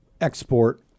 export